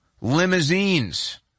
Limousines